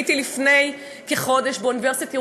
הייתי לפני כחודש באוניברסיטת ירושלים,